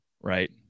Right